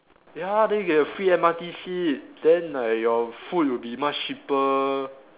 ya then you get your free M_R_T seat then like your food will be much cheaper